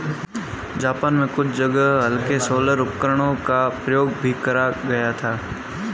Japan में कुछ जगह हल्के सोलर उपकरणों का प्रयोग भी करा गया था